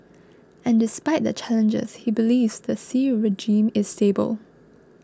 and despite the challenges he believes the Ci regime is stable